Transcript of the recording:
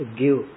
give